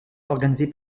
organisé